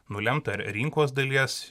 nulemta ir rinkos dalies